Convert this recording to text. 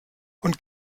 und